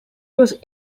was